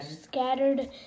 scattered